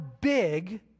big